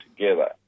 together